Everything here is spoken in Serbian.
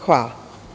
Hvala.